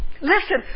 Listen